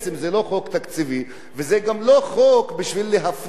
וזה גם לא חוק בשביל להפלות את הסטודנטים